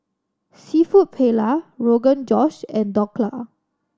Seafood Paella Rogan Josh and Dhokla